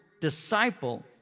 disciple